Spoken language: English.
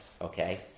Okay